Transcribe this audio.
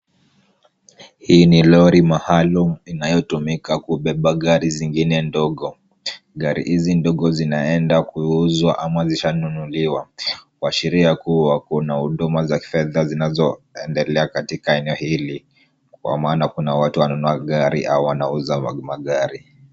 Hii ni lori maalum inayotumika kubeba gari zingine ndogo. Gari hizi ndogo zinaenda kuuzwa ama zishanunuliwa kuashiria kuwa kuna huduma za fedha zinazoendelea katika eneo hili kwa maana kuna watu wananunua gari au wanauza magari.